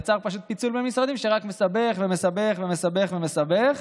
יצרה פשוט פיצול במשרדים שרק מסבך ומסבך ומסבך ומסבך.